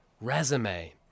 resume